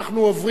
אדוני,